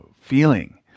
feeling